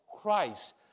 Christ